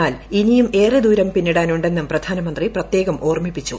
എന്നാൽ ഇനിയും ഏറെ ദൂരം പിന്നിടാൻ ഉന്നെും പ്രധാനമന്ത്രി പ്രത്യേകം ഓർമ്മിപ്പിച്ചു